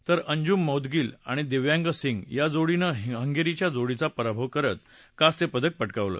तर अंजुम मौदगिल आणि दिव्यांश सिंह या जोडीनं हंगेरीच्या जोडीचा पराभव करत कांस्य पदक प क्रिावलं